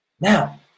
Now